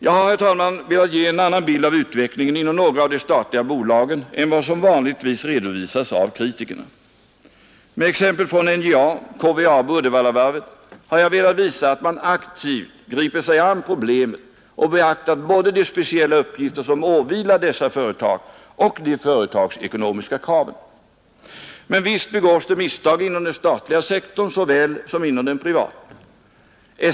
Jag har velat ge en annan bild av utvecklingen inom några av de statliga bolagen än vad som vanligtvis redovisas av kritikerna. Med exemplen från NJA, KVAB och Uddevallavarvet har jag velat visa att man aktivt gripit sig an problemen och beaktat både de speciella uppgifter som åvilar dessa företag och de företagsekonomiska kraven. Men visst begås det misstag inom den statliga sektorn såväl som inom den privata.